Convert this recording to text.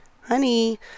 Honey